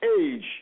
age